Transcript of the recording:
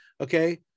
Okay